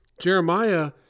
Jeremiah